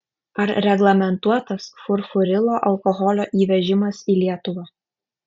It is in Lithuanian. ar reglamentuotas furfurilo alkoholio įvežimas į lietuvą